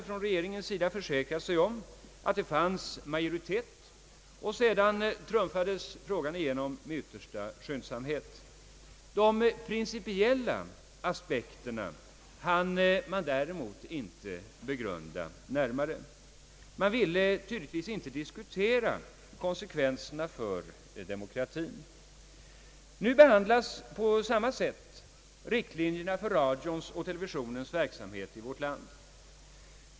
Regeringen hade försäkrat sig om att det fanns en majoritet för dess förslag och sedan trumfades det igenom med yttersta skyndsamhet. De principiella aspekterna hann man däremot inte begrunda närmare. Man ville tydligtvis inte diskutera konsekvenserna för demokratien. Nu behandlas på samma sätt riktlinjerna för radions och televisionens verksamhet i vårt land.